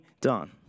done